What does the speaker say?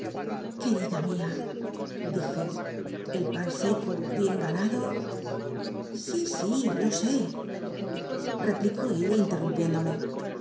querida mía dije el pan seco bien ganado sí sí lo sé replicó ella intermmpiéndome